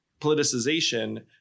politicization